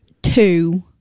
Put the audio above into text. Two